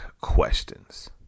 questions